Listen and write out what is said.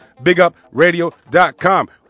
BigUpRadio.com